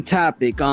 topic